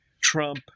Trump